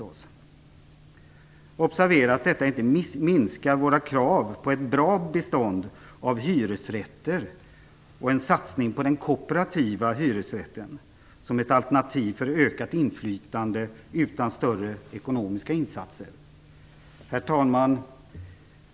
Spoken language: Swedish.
Observera att detta inte minskar våra krav på ett bra bestånd av hyresrätter och en satsning på den kooperativa hyresrätten, som ett alternativ för ökat inflytande utan större ekonomiska insatser. Herr talman!